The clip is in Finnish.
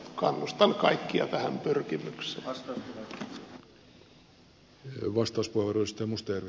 kannustan kaikkia tähän pyrkimykseen